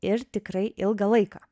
ir tikrai ilgą laiką